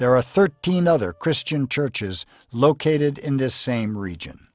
there are thirteen other christian churches located in this same region